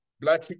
black